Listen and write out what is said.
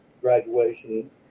graduation